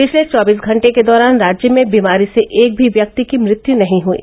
पिछले चौबीस घंटे के दौरान राज्य में बीमारी से एक भी व्यक्ति की मृत्यु नही हयी